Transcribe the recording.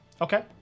Okay